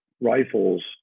rifles